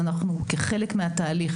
כחלק מהתהליך,